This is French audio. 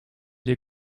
les